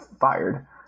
fired